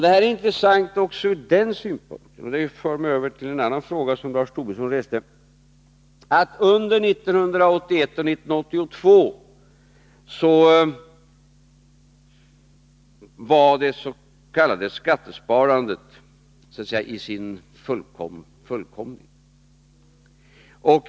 Det här är intressant också ur den synpunkten — vilket för mig över till en annan fråga som Lars Tobisson reste — att det var under 1981 och 1982 som dets.k. skattesparandet var i sin fullkomning.